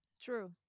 True